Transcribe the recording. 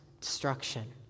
destruction